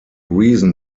reason